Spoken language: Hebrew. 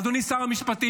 אדוני שר המשפטים,